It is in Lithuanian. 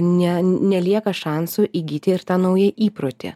ne nelieka šansų įgyti ir tą naują įprotį